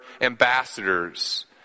ambassadors